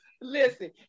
listen